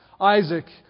Isaac